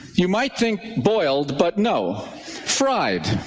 you might think boiled but no fried